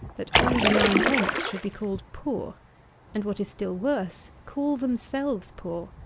that all the nine-tenths should be called poor and, what is still worse, call themselves poor,